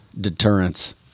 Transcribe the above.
Deterrence